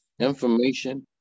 information